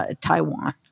Taiwan